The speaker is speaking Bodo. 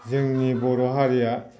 जोंनि बर' हारिया